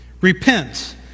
Repent